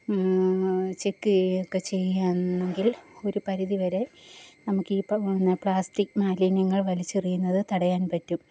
check ചെയ്യുകയൊക്കെ ചെയ്യാന്നെങ്കിൽ ഒരു പരിധി വരെ നമുക്ക് ഇപ്പം വന്ന പ്ലാസ്റ്റിക് മാലിന്യങ്ങൾ വലിച്ചെറിയുന്നതു തടയാൻ പറ്റും